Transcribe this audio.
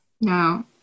no